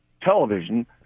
television